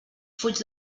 fuig